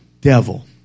devil